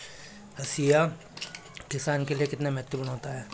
हाशिया किसान के लिए कितना महत्वपूर्ण होता है?